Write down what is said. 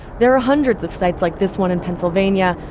there are hundreds of sites like this one in pennsylvania,